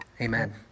Amen